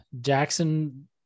Jackson